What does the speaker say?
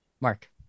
Mark